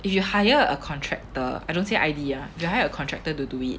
if you hire a contractor I don't say I_D ah you hire a contractor to do it